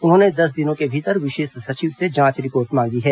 उन्होंने दस दिनों के भीतर विशेष सचिव से जांच रिपोर्ट मांगी है